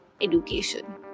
education